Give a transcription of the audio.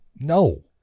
No